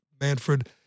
Manfred